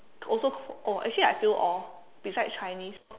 also oh actually I fail all besides Chinese